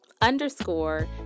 underscore